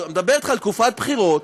מדבר אתך על תקופת בחירות,